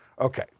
Okay